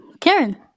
Karen